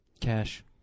cash